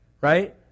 right